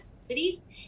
cities